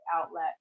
outlet